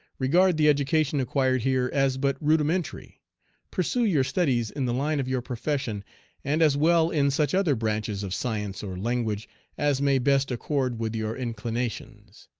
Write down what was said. regard the education acquired here as but rudimentary pursue your studies in the line of your profession and as well in such other branches of science or language as may best accord with your inclinations.